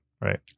Right